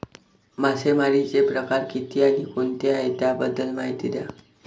मासेमारी चे प्रकार किती आणि कोणते आहे त्याबद्दल महिती द्या?